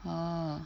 !huh!